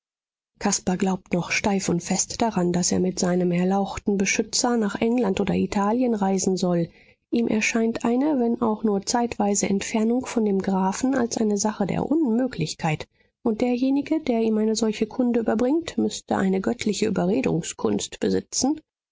caspar glaubt noch steif und fest daran daß er mit seinem erlauchten beschützer nach england oder italien reisen soll ihm erscheint eine wenn auch nur zeitweise entfernung von dem grafen als eine sache der unmöglichkeit und derjenige der ihm eine solche kunde überbringt müßte eine göttliche überredungskunst besitzen